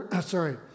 sorry